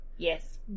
Yes